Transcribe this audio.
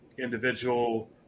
individual